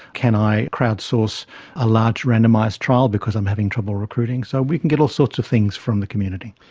can i crowd-source a large randomised trial because i'm having trouble recruiting? so we can get all sorts of things from the community.